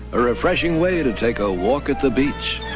a refreshing way to take a walk at the beach.